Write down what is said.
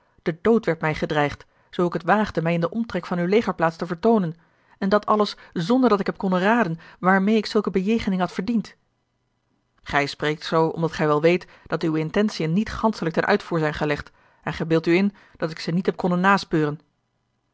de dood werd mij gedreigd zoo ik het waagde mij in den omtrek van uwe legerplaats te vertoonen en dat alles zonderdat ik heb konnen raden waarmeê ik zulke bejegening had verdiend gij spreekt zoo omdat gij wel weet dat uwe intentiën niet ganschelijk ten uitvoer zijn gelegd en gij beeldt u in dat ik ze niet heb konnen naspeuren